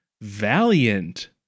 Valiant